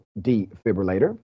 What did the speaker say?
defibrillator